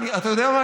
אתה יודע מה,